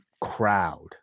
crowd